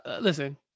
listen